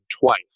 twice